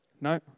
No